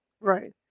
Right